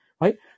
right